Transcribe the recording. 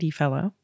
fellow